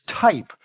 type